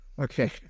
okay